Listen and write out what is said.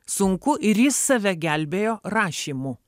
sunku ir jis save gelbėjo rašymu